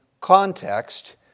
context